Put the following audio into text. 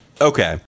Okay